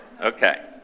Okay